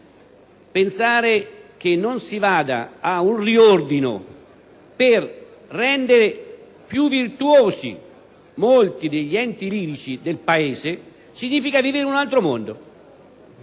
pensare che non si vada ad un riordino per rendere più virtuosi molti degli enti lirici del Paese significa vivere in un altro mondo.